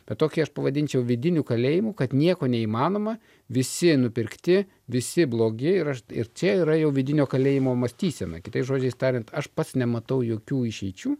bet tokį aš pavadinčiau vidiniu kalėjimu kad nieko neįmanoma visi nupirkti visi blogi ir aš ir čia yra jau vidinio kalėjimo mąstysena kitais žodžiais tariant aš pats nematau jokių išeičių